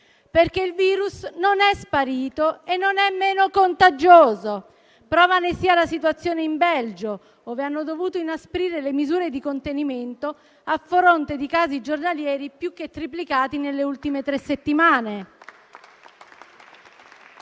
perché il virus non è sparito e non è meno contagioso, prova ne sia la situazione in Belgio, ove hanno dovuto inasprire le misure di contenimento, a fronte di casi giornalieri più che triplicati nelle ultime tre settimane.